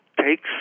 takes